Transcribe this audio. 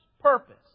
purpose